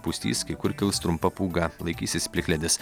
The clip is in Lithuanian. pustys kai kur kils trumpa pūga laikysis plikledis